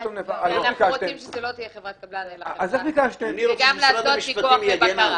אנחנו לא רוצים שזאת תהיה חברת קבלן וגם לעשות פיקוח ובקרה.